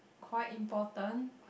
quite important